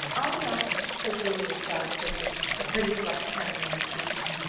oh, no, said julia cloud quickly, the pretty flush coming in her cheeks.